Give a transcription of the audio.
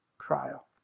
trial